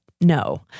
No